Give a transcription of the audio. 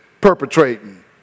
perpetrating